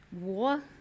War